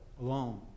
alone